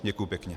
Děkuji pěkně.